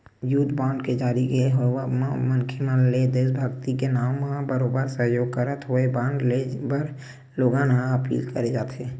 युद्ध बांड के जारी के होवब म मनखे मन ले देसभक्ति के नांव म बरोबर सहयोग करत होय बांड लेय बर लोगन ल अपील करे जाथे